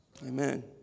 Amen